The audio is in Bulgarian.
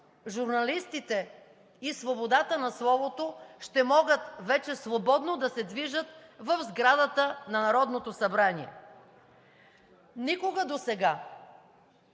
журналистите и свободата на словото, ще могат вече свободно да се движат в сградата на Народното събрание. Никога досега